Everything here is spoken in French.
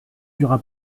dura